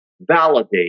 validate